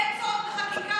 אין צורך בחקיקה.